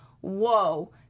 whoa